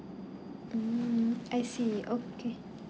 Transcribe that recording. mm I see okay